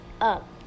up